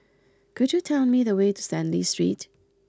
could you tell me the way to Stanley Street